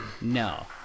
no